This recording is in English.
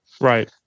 Right